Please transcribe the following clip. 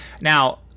Now